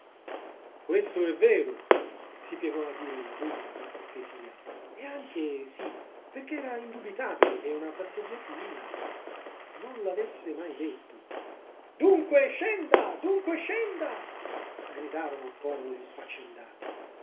questo è vero si piegò a dire il lagúmina per cortesia e anche sí perché era indubitabile che una passeggiatina non l'avesse mai detto dunque scenda dunque scenda gridarono a coro gli sfaccendati